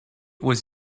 was